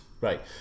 right